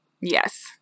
Yes